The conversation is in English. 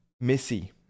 Missy